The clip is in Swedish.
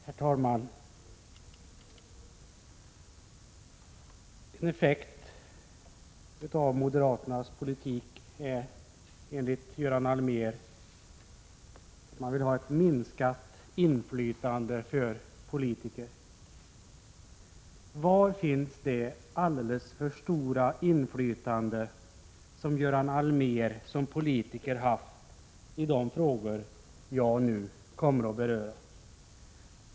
Herr talman! I enlighet med moderaternas politik vill Göran Allmér ha ett minskat inflytande för politiker. Var märks det alldeles för stora inflytande som Göran Allmér som politiker haft i de frågor jag nu kommer att beröra?